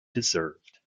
deserved